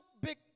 big